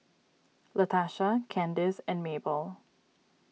Latarsha Candis and Mabell